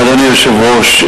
אדוני היושב-ראש,